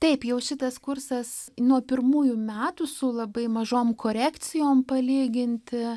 taip jau šitas kursas nuo pirmųjų metų su labai mažoms korekcijoms palyginti